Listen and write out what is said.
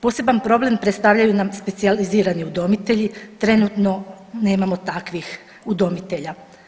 Poseban problem predstavljaju nam specijalizirani udomitelji, trenutno nemamo takvih udomitelja.